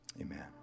Amen